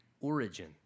origin